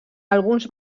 alguns